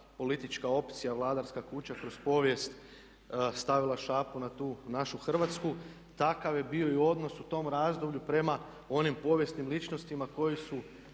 politička opcija, vladarka kuća kroz povijest stavila šapu na tu našu Hrvatsku takav je bio i odnos u tom razdoblju prema onim povijesnim ličnostima koji su